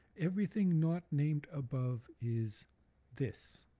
everything not named above is this.